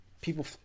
people